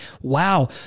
wow